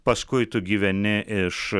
paskui tu gyveni iš